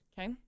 Okay